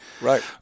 right